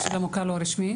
של המוכר הלא רשמי?